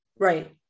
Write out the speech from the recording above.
right